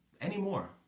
anymore